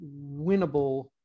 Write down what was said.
winnable